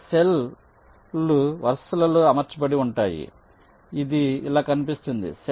అక్కడ సెల్ లు వరుసలలో అమర్చబడి ఉంటాయి ఇది ఇలా కనిపిస్తుంది